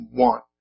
want